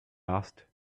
asked